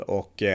och